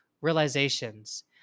realizations